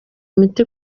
imiti